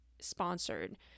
sponsored